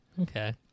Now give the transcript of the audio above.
Okay